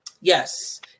Yes